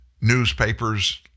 newspapers